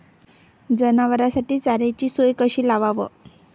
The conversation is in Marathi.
जनावराइसाठी चाऱ्याची सोय कशी लावाव?